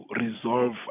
Resolve